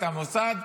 את המוסד,